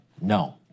No